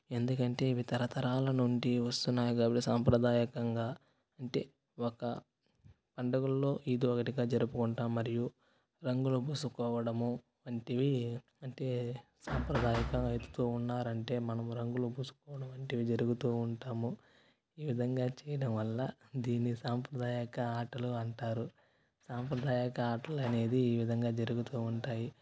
ఎందుకంటే ఇవి తరతరాల నుండి వస్తున్నాయి కాబట్టి సాంప్రదాయకరంగా అంటే ఒక పండుగలో ఇది ఒకటిగా జరుపుకుంటాం మరియు రంగుల పూసుకోవడము వంటివి అంటే సాంప్రదాయకరంగా ఉన్నారంటే మనం రంగులు పూసుకోవడం వంటివి జరుగుతు ఉంటాము ఈ విధంగా చేయడం వల్ల దీన్ని సాంప్రదాయ ఆటలు అంటారు సాంప్రదాయ ఆటలు అనేది ఈ విధంగా జరుగుతు ఉంటాయి